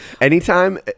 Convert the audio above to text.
Anytime